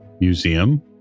museum